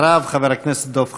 אחריו, חבר הכנסת דב חנין.